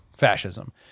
fascism